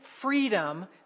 freedom